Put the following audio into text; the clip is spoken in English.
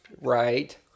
Right